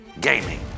gaming